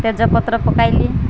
ତେଜପତ୍ର ପକାଇଲି